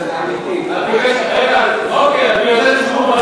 אני קורא אותך לסדר פעם ראשונה.